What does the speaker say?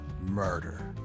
murder